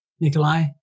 Nikolai